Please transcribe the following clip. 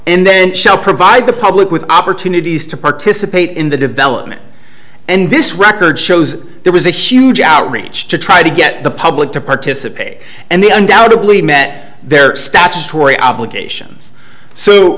and then shall provide the public with opportunities to participate in the development and this record shows there was a huge outreach to try to get the public to participate and the undoubtably met their statutory obligations so